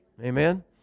Amen